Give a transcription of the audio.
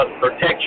protection